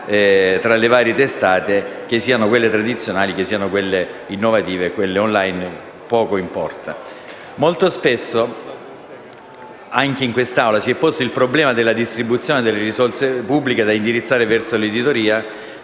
alle varie testate; siano esse tradizionali, innovative o *online* poco importa. Molto spesso, anche in quest'Assemblea, si è posto il problema della distribuzione delle risorse pubbliche da indirizzare verso l'editoria